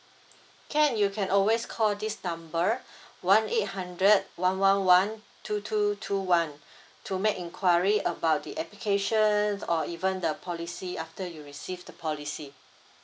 can you can always call this number one eight hundred one one one two two two one to make inquiry about the application or even the policy after you receive the policy